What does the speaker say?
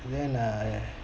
then err